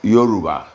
Yoruba